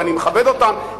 ואני מכבד אותן,